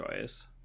choice